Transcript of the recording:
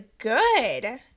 good